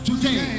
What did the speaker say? Today